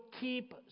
keep